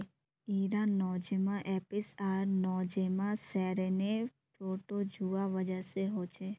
इरा Nosema apis आर Nosema ceranae protozoa वजह से होछे